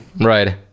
right